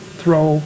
throw